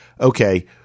okay